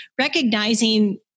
recognizing